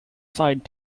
side